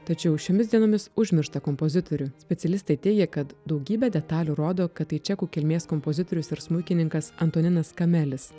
tačiau šiomis dienomis užmirštą kompozitorių specialistai teigia kad daugybė detalių rodo kad tai čekų kilmės kompozitorius ir smuikininkas antoninas kamelis